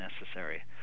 necessary